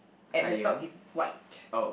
at the top is white